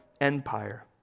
empire